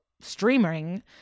streaming